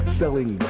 selling